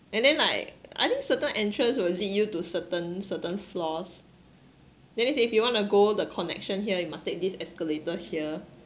and then like I think certain entrance will lead you to certain certain floors that means if you wanna go the connection here you must take this escalator here